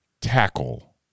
tackle